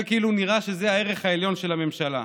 נראה שזה הערך העליון של הממשלה.